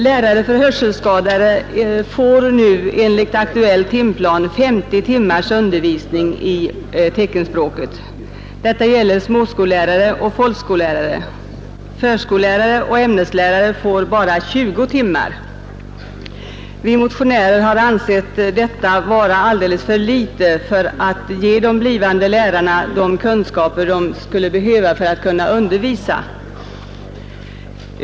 Lärare för hörselskadade får nu enligt aktuell timplan 50 timmars undervisning i teckenspråket. Detta gäller för småskollärare och för folkskollärare. Men förskollärare och ämneslärare får bara 20 timmars undervisning. Vi motionärer har ansett detta vara alldeles för litet för att ge de blivande lärarna de kunskaper de behöver för att kunna undervisa.